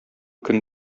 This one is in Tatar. көн